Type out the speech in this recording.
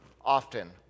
often